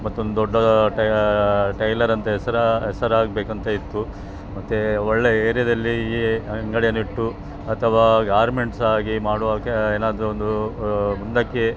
ಮತ್ತೊಂದು ದೊಡ್ಡ ಟೈಲರ್ ಅಂತ ಹೆಸರಾ ಹೆಸರಾಗ್ಬೇಕಂತ ಇತ್ತು ಮತ್ತು ಒಳ್ಳೆಯ ಏರಿಯದಲ್ಲಿ ಅಂಗಡಿಯನ್ನಿಟ್ಟು ಅಥವಾ ಗಾರ್ಮೆಂಟ್ಸ್ ಹಾಗೆ ಮಾಡುವ ಹಾಗೆ ಏನಾದ್ರೂ ಒಂದು ಮುಂದಕ್ಕೆ